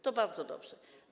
To bardzo dobrze.